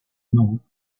know